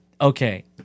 Okay